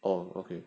oh okay